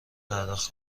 پرداخت